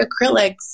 acrylics